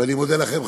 ואני מודה לכם,